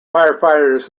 firefighters